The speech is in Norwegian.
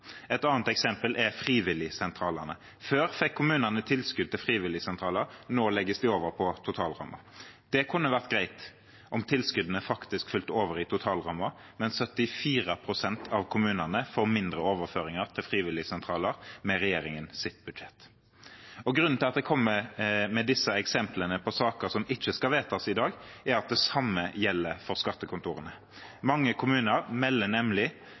Et annet eksempel er frivilligsentralene. Før fikk kommunene tilskudd til frivilligsentraler, nå legges de over på totalrammen. Det kunne vært greit om tilskuddene faktisk fulgte over i totalrammen, men 74 pst. av kommunene får mindre overføringer til frivilligsentraler med regjeringens budsjett. Grunnen til at jeg kommer med disse eksemplene på saker som ikke skal vedtas i dag, er at det samme gjelder for skattekontorene. Mange kommuner melder nemlig